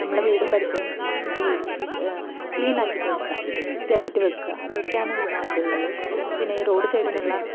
നമ്മളുടെ വീടും പരിസരവും ശുചീകരിച്ച് ശുചീ ക്ലീനാക്കിയിട്ട് വെക്കുക വൃത്തിയാക്കിയിട്ട് വെക്കുക അതൊക്കെയാണ് ഒന്നാമതുള്ളത് പിന്നെ ഈ റോഡ് സൈഡിൽ നിന്നുള്ള